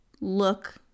look